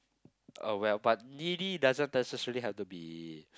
uh well but needy doesn't necessary have to be